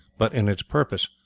but in its purpose,